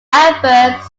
adverbs